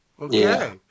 Okay